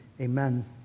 amen